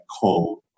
cold